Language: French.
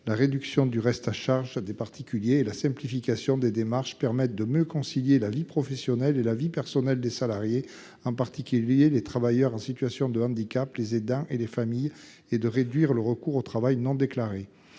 la réduction du reste à charge des particuliers et la simplification des démarches permettent de mieux concilier la vie professionnelle et la vie personnelle des salariés, en particulier les travailleurs en situation de handicap, les aidants et les familles, et de réduire le recours au travail non déclaré.